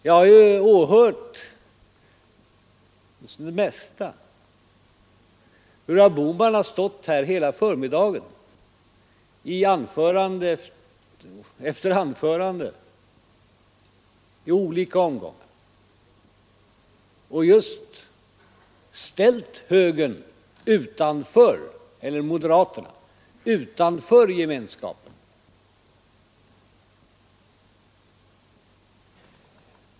Jag har åhört åtminstone det mesta av hur herr Bohman har stått här hela förmiddagen och i anförande efter anförande i olika omgångar just ställt moderaterna utanför gemenskapen.